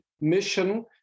mission